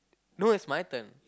no it's my turn